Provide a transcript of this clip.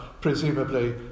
presumably